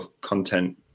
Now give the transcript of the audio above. content